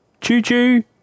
Choo-choo